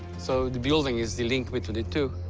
so the building is the link between the two.